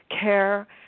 care